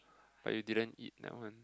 but you didn't eat that one